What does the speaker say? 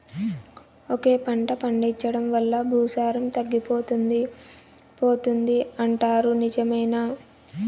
ఒకే పంట పండించడం వల్ల భూసారం తగ్గిపోతుంది పోతుంది అంటారు నిజమేనా